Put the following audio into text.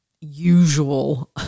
usual